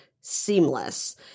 seamless